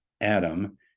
Adam